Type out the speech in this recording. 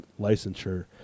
licensure